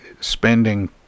spending